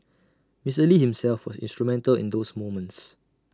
Mister lee himself was instrumental in those moments